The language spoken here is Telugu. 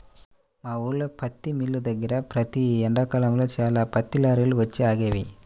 మా ఊల్లో పత్తి మిల్లు దగ్గర ప్రతి ఎండాకాలంలో చాలా పత్తి లారీలు వచ్చి ఆగేవి